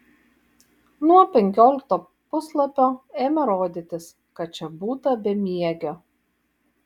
nuo penkiolikto puslapio ėmė rodytis kad čia būta bemiegio